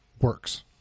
works